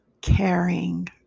caring